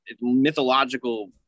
mythological